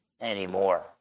anymore